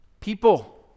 people